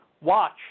watch